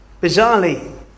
bizarrely